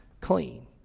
clean